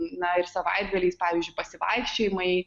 na ir savaitgaliais pavyzdžiui pasivaikščiojimai